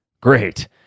Great